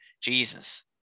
Jesus